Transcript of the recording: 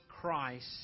Christ